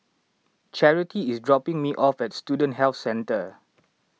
Charity is dropping me off at Student Health Centre